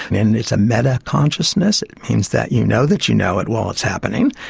and it's a meta consciousness, it means that you know that you know it while it's happening,